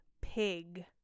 pig